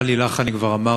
אחרי זה נלך להצבעה.